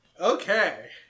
Okay